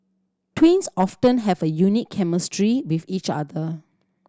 twins often have a unique chemistry with each other